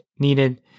needed